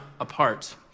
apart